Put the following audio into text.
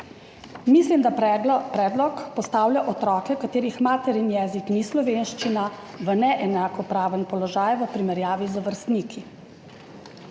Mislim, da predlog postavlja otroke, katerih materin jezik ni slovenščina, v neenakopraven položaj v primerjavi z vrstniki.